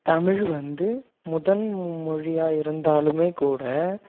தமிழ் வந்து முதன் மும்மொழியாய் இருந்தாலுமே கூட